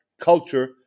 Culture